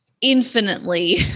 infinitely